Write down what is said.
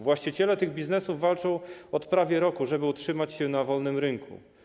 Właściciele tych biznesów walczą od prawie roku, żeby utrzymać się na wolnym rynku.